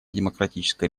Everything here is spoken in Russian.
демократической